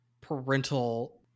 parental